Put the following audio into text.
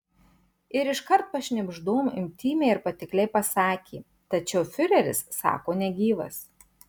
ir iškart pašnibždom intymiai ir patikliai pasakė tačiau fiureris sako negyvas